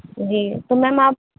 جی تو میم آپ